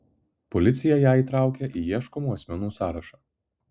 policija ją įtraukė į ieškomų asmenų sąrašą